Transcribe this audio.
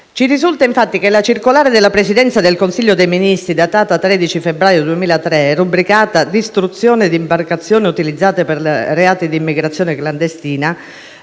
Ci risulta infatti che la circolare della Presidenza del Consiglio dei ministri datata 13 febbraio 2003 e rubricata «Distruzione di imbarcazioni utilizzate per reati di immigrazione clandestina»,